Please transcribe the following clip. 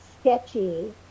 sketchy